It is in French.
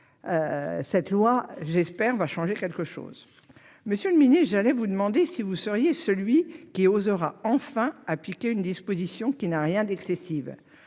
que ce texte changera quelque chose ! Monsieur le ministre, je comptais vous demander si vous seriez celui qui oserait enfin appliquer une disposition qui n'a rien d'excessif.